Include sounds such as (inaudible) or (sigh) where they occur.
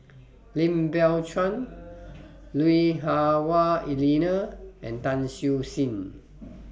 (noise) Lim Biow Chuan Lui Hah Wah Elena and Tan Siew Sin